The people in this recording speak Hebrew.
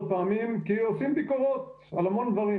פעמים כי עושים ביקורות על המון דברים,